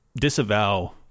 Disavow